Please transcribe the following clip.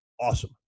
Awesome